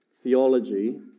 theology